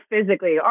physically